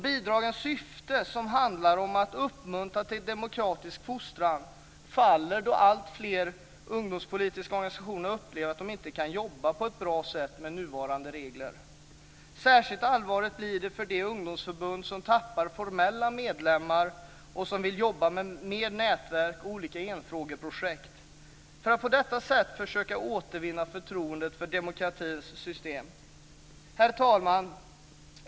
Bidragens syfte, som handlar om att uppmuntra till demokratisk fostran, faller då alltfler ungdomspolitiska organisationer upplever att de inte kan jobba på ett bra sätt med nuvarande regler. Särskilt allvarligt blir det för de ungdomsförbund som tappar formella medlemmar och som vill jobba mer med nätverk och olika enfrågeprojekt för att på detta sätt försöka återvinna förtroendet för demokratins system. Herr talman!